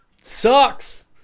sucks